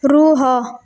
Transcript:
ରୁହ